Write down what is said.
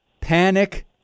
Panic